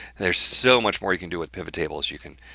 there's so much more you can do with pivot tables. you can.